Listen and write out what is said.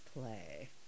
play